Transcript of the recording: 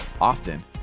Often